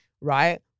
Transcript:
right